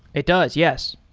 it does. yes.